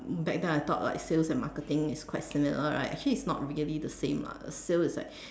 back time I thought like sales and marketing is quite similar right actually it's not really the same lah sale is like